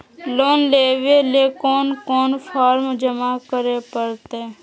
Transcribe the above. Loan लेवे ले कोन कोन फॉर्म जमा करे परते?